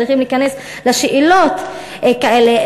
צריכים להיכנס לשאלות כאלה.